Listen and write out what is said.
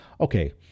okay